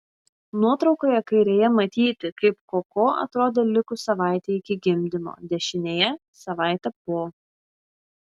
nuotraukoje kairėje matyti kaip koko atrodė likus savaitei iki gimdymo dešinėje savaitė po